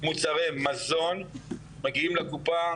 מוצרי מזון מגיעים לקופה,